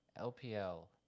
LPL